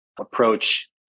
approach